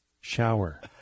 shower